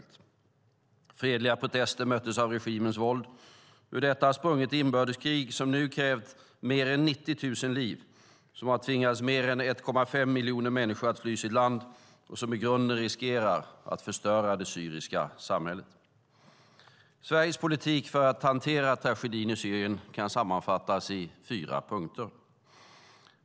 Fredliga protester möttes av regimens våld, och ur detta har sprungit ett inbördeskrig som nu krävt mer än 90 000 liv, som har tvingat mer än 1,5 miljoner människor att fly sitt land och som i grunden riskerar att förstöra det syriska samhället. Sveriges politik för att hantera tragedin i Syrien kan sammanfattas i fyra punkter.